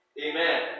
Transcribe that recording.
Amen